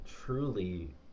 truly